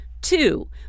Two